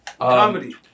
Comedy